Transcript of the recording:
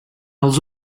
els